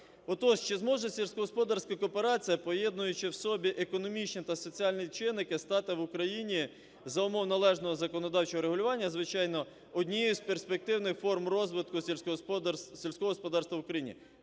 Отож, чи зможе сільськогосподарська кооперація, поєднуючи в собі економічні та соціальні чинники, стати в Україні за умов належного законодавчого регулювання, звичайно, однією з перспективних форм розвитку сільського господарства в Україні?